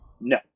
No